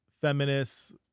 feminists